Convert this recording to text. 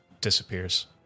disappears